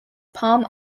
palm